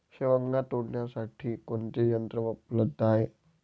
शेवगा तोडण्यासाठी कोणते यंत्र उपलब्ध आहे?